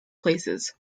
places